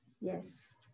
yes